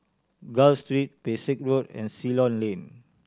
Gul Street Pesek Road and Ceylon Lane